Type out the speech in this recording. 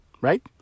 right